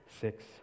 six